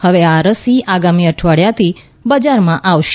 હવે આ રસી આગામી અઠવાડીયાથી બજારમાંથી આવશે